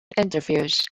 interviews